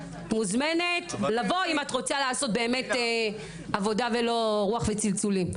מוזמנת לבוא אם את רוצה לעשות באמת עבודה ולא רוח וצלצולים.